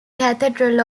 cathedral